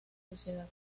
sociedad